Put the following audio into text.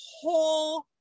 whole